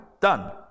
Done